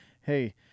hey